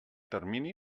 termini